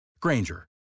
Granger